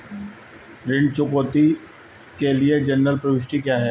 ऋण चुकौती के लिए जनरल प्रविष्टि क्या है?